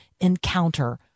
encounter